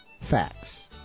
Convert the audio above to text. facts